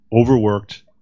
overworked